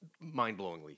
mind-blowingly